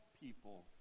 people